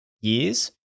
years